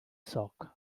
sox